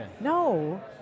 No